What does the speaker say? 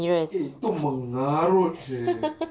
eh itu mengarut seh